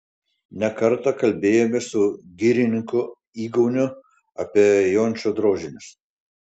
ne kartą kalbėjomės su girininku igauniu apie jončo drožinius